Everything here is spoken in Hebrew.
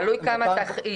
תלוי כמה תכעיס.